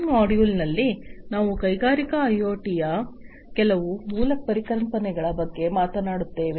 ಈ ಮಾಡ್ಯೂಲ್ನಲ್ಲಿ ನಾವು ಕೈಗಾರಿಕಾ ಐಒಟಿಯ ಕೆಲವು ಮೂಲ ಪರಿಕಲ್ಪನೆಗಳ ಬಗ್ಗೆ ಮಾತನಾಡುತ್ತೇವೆ